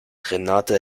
renate